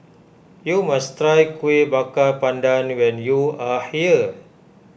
you must try Kuih Bakar Pandan when you are here